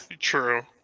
true